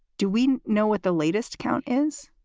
do we know what the latest count is?